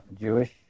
Jewish